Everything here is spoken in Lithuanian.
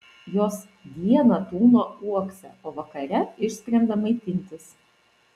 jos dieną tūno uokse o vakare išskrenda maitintis